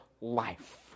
life